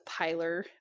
piler